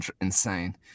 Insane